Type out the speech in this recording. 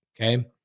okay